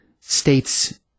states